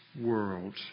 world